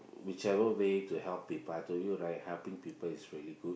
whichever way to help people I told you right helping people is really good